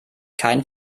keinen